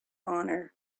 honor